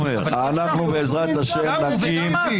סיעת ימינה על קידום החקיקה הזו ואני אומר גם כאן,